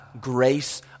grace